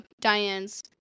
Diane's